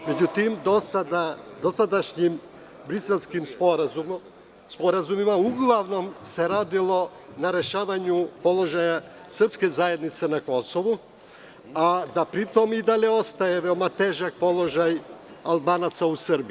Međutim, dosadašnjim Briselskim sporazumima uglavnom se radilo na rešavanju položaja srpske zajednice na Kosovu, a da pri tom i dalje ostaje težak položaj Albanaca u Srbiji.